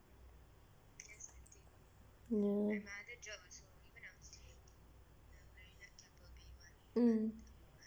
ya mm